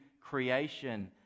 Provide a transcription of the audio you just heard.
creation